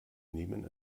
nehmen